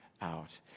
out